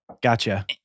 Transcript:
Gotcha